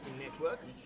network